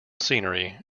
scenery